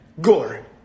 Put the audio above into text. Gore